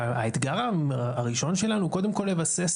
האתגר הראשון שלנו הוא קודם כול לבסס